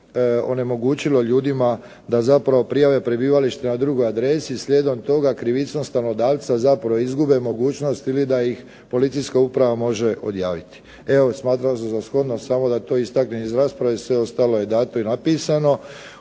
onemogućilo ljudima da zapravo prijave prebivalište na drugoj adresi. Slijedom toga, krivicom stanodavca, zapravo izgube mogućnost ili da ih policijska uprava može odjaviti. Evo, smatrao sam za shodno samo da to istaknem iz rasprave. Sve ostalo je dato i napisano.